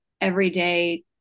everyday